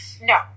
No